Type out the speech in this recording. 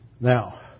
Now